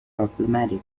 problematic